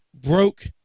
broke